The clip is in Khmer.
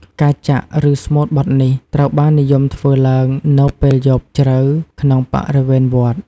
ការចាក់ ឬស្មូតបទនេះត្រូវបាននិយមធ្វើឡើងនៅ ពេលយប់ជ្រៅ ក្នុងបរិវេណវត្ត។